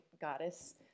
goddess